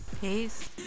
Peace